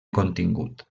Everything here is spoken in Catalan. contingut